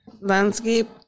Landscape